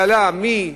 זה מה שעלה מ-3,